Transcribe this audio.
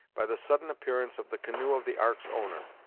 by the sudden appearance of the canoe of the ark's owner,